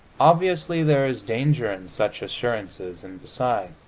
obviously, there is danger in such assurances, and beside,